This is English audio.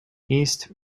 east